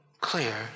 clear